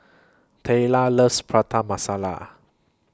Taliyah loves Prata Masala